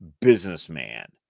businessman